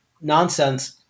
nonsense